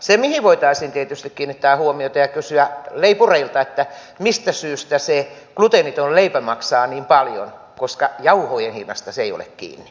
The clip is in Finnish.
se mihin voitaisiin tietysti kiinnittää huomiota on se että kysyttäisiin leipureilta mistä syystä se gluteeniton leipä maksaa niin paljon koska jauhojen hinnasta se ei ole kiinni